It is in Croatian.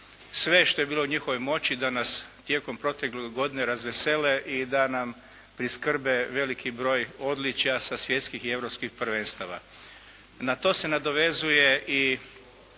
sve što je bilo u njihovoj moći da nas tijekom protekle godine razvesele i da nam priskrbe veliki broj odličja sa svjetskih i europskih prvenstava. Na to se nadovezuje i